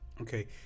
okay